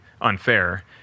unfair